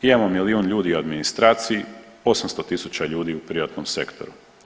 Imamo milijun ljudi u administraciji, 800 tisuća ljudi u privatnom sektoru.